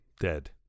dead